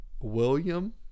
William